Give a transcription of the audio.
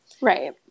Right